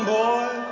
boy